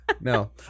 No